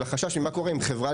לגבי מה קורה אם חברה,